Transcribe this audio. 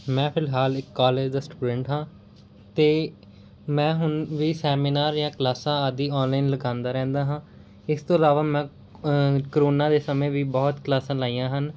ਮੈਂ ਫਿਲਹਾਲ ਇੱਕ ਕਾਲਜ ਦਾ ਸਟੂਡੈਂਟ ਹਾਂ ਅਤੇ ਮੈਂ ਹੁਣ ਵੀ ਸੈਮੀਨਾਰ ਜਾਂ ਕਲਾਸਾਂ ਆਦਿ ਆਨਲਾਈਨ ਲਗਾਉਂਦਾ ਰਹਿੰਦਾ ਹਾਂ ਇਸ ਤੋਂ ਇਲਾਵਾ ਮੈਂ ਕਰੋਨਾ ਦੇ ਸਮੇਂ ਵੀ ਬਹੁਤ ਕਲਾਸਾਂ ਲਾਈਆਂ ਹਨ